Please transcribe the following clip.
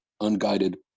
unguided